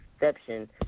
exception